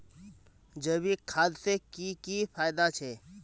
जैविक खाद से की की फायदा छे?